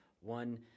one